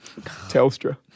Telstra